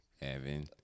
Evan